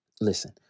Listen